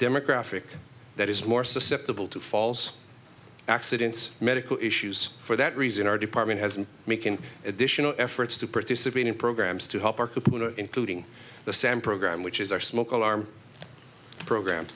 demographic that is more susceptible to falls accidents medical issues for that reason our department has been making additional efforts to participate in programs to help our community including the stamp program which is our smoke alarm program